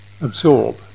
Absorb